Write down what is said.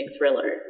thriller